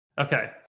Okay